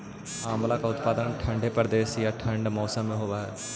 आंवला का उत्पादन ठंडे प्रदेश में या ठंडे मौसम में होव हई